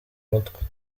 mutwe